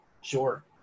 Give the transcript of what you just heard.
Sure